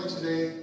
Today